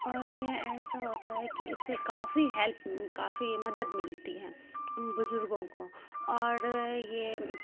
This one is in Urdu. اور ایسا ہوتا ہے کہ اس سے کافی ہیلپ کافی مدد ملتی ہیں بزرگوں کو اور یہ